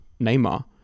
Neymar